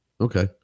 okay